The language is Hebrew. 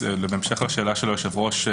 בהמשך לשאלה של היושב-ראש,